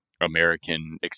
American